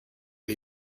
did